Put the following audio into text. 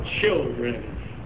children